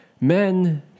men